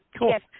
Yes